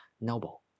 noble